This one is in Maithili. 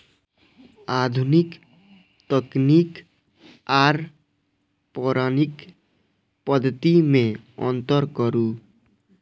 आधुनिक तकनीक आर पौराणिक पद्धति में अंतर करू?